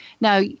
Now